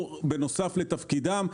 או בנוסף לתפקידם.